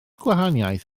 gwahaniaeth